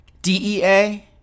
DEA